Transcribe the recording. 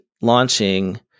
launching